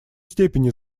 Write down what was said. степени